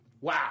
wow